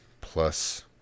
plus